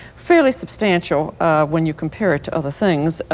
fairly substantial when you compare it to other things,